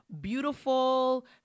beautiful